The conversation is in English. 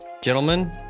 gentlemen